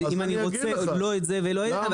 אם אני רוצה לא את זה ולא את זה,